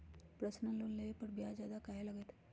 Personal loan लेबे पर ब्याज ज्यादा काहे लागईत है?